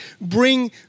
bring